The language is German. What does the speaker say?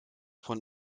von